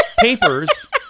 papers